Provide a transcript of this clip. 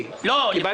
בקשה